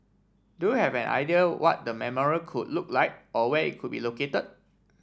do you have an idea what the memorial could look like or where it could be located